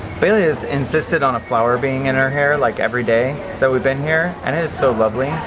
bailey has insisted on a flower being in her hair, like, every day that we've been here, and it is so lovely.